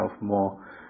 more